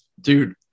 dude